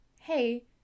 hey